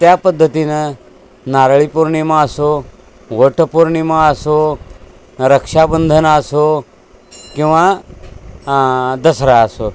त्या पद्धतीनं नारळी पौर्णिमा असो वटपौर्णिमा असो रक्षाबंधन असो किंवा दसरा असो